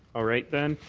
all right then.